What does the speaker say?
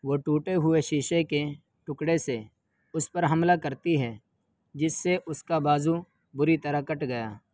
وہ ٹوٹے ہوئے شیشے کے ٹکڑے سے اس پر حملہ کرتی ہے جس سے اس کا بازو بری طرح کٹ گیا